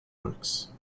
works